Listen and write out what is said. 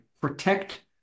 protect